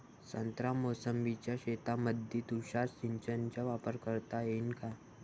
संत्रा मोसंबीच्या शेतामंदी तुषार सिंचनचा वापर करता येईन का?